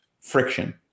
friction